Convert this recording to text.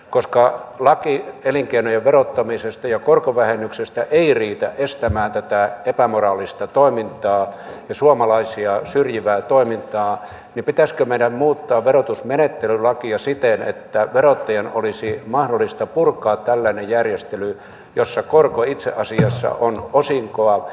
koska laki elinkeinojen verottamisesta ja korkovähennyksestä ei riitä estämään tätä epämoraalista ja suomalaisia syrjivää toimintaa niin pitäisikö meidän muuttaa verotusmenettelylakia siten että verottajan olisi mahdollista purkaa tällainen järjestely jossa korko itse asiassa on osinkoa